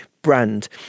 brand